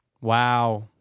Wow